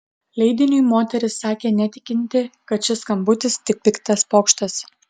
leidiniui moteris sakė netikinti kad šis skambutis tik piktas pokštas